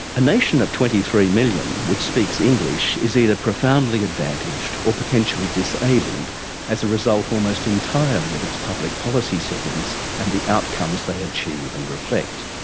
a nation of twenty three million which speaks english is either profoundly advantaged or potentially disabled as a result almost entirely of its public policy settings and the outcomes they achieve and reflect.